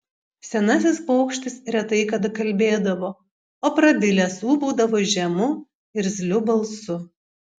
senasis paukštis retai kada kalbėdavo o prabilęs ūbaudavo žemu irzliu balsu